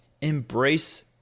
Embrace